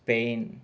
Spain